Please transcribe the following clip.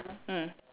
mm